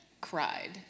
cried